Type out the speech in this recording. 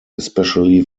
especially